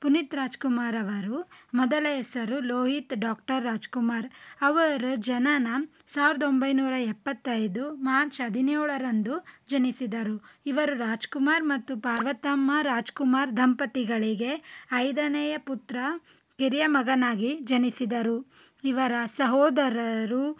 ಪುನೀತ್ ರಾಜ್ಕುಮಾರವರು ಮೊದಲ ಹೆಸರು ಲೋಹಿತ್ ಡಾಕ್ಟರ್ ರಾಜ್ಕುಮಾರ್ ಅವರ ಜನನ ಸಾವಿರದ ಒಂಬೈನೂರ ಎಪ್ಪತ್ತೈದು ಮಾರ್ಚ್ ಹದಿನೇಳರಂದು ಜನಿಸಿದರು ಇವರು ರಾಜ್ಕುಮಾರ್ ಮತ್ತು ಪಾರ್ವತಮ್ಮ ರಾಜ್ಕುಮಾರ್ ದಂಪತಿಗಳಿಗೆ ಐದನೆಯ ಪುತ್ರ ಕಿರಿಯ ಮಗನಾಗಿ ಜನಿಸಿದರು ಇವರ ಸಹೋದರರು